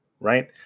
right